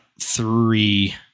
three